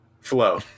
Flow